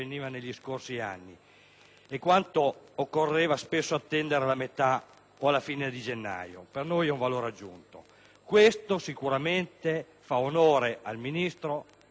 quando occorreva spesso attendere la metà o la fine di gennaio, e questo per noi è un valore aggiunto e sicuramente fa onore al Ministro e al Governo tutto.